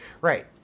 Right